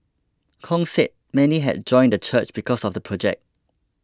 Kong said many had joined the church because of the project